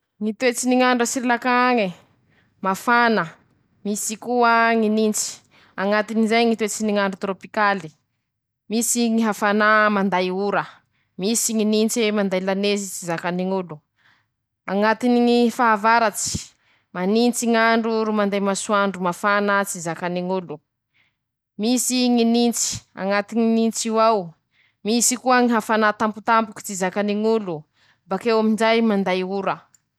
Ñy toetsy ny ñ'andro a Sirilanka añy: Mafana, misy koa ñy nintsy, añatin'izay Ñy toetsy ny ñ'andro torôpikaly, misy ñy hafanà manday ora, misy ñy nintse manday lanezy tsy zakany ñ'olo, añatiny ñy fahavaratsy, manintsy ñ'andro ro manday masoandro mafana tsy zakany ñ'olo, misy ñy nintsy, añatiny ñy nints'io ao, misy koa ñy hafanà tampotampoky tsy zakany ñ'olo, bakeo amin'izay manday ora.